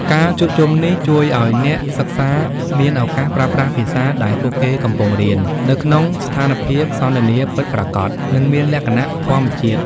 ការជួបជុំនេះជួយឱ្យអ្នកសិក្សាមានឱកាសប្រើប្រាស់ភាសាដែលពួកគេកំពុងរៀន នៅក្នុងស្ថានភាពសន្ទនាពិតប្រាកដ និងមានលក្ខណៈធម្មជាតិ។